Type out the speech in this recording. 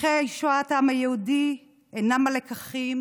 לקחי שואת העם היהודי אינם הלקחים